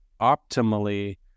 optimally